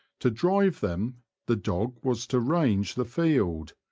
to drive them the dog was to range the field,